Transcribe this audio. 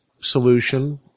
solution